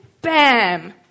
bam